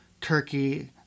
Turkey